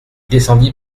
descendit